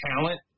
talent